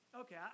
okay